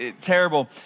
terrible